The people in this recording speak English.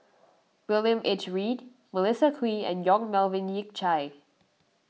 William H Read Melissa Kwee and Yong Melvin Yik Chye